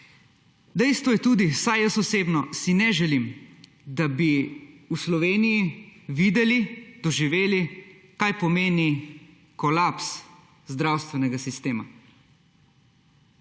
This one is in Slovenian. Dejstvo je tudi, vsaj jaz osebno si ne želim, da bi v Sloveniji videli, doživeli, kaj pomeni kolaps zdravstvenega sistema.